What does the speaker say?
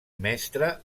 mestre